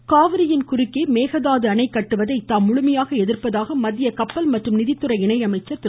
பொன்னார் காவிரியின் குறுக்கே மேகதாது அணை கட்டுவதை தாம் முழுமையாக எதிர்ப்பதாக மத்திய கப்பல் மற்றும் நிதித்துறை இணைச்சர் திரு